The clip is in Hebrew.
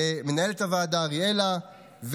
למנהלת הוועדה אריאלה,